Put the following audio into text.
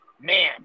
man